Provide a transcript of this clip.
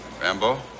Rambo